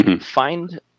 find